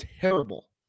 terrible